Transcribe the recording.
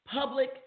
public